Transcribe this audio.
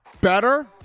better